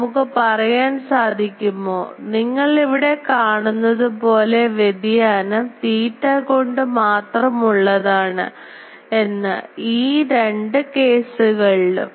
നമുക്ക്പറയാൻ സാധിക്കുമോ നിങ്ങൾ ഇവിടെ കാണുന്നതുപോലെ വ്യതിയാനം theta കൊണ്ട് മാത്രം കൊണ്ടുള്ളതാണ് എന്ന് ഈ രണ്ടു കേസുകളിലും